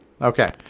Okay